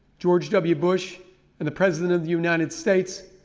george w. bush and the president of the united states,